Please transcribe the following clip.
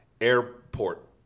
airport